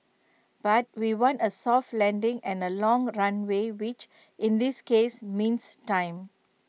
but we want A soft landing and A long runway which in this case means time